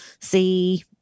see